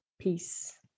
Peace